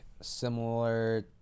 similar